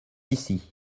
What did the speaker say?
ici